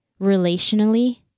relationally